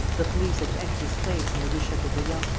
the police had entered his place in the rue chateaubriand.